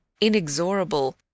inexorable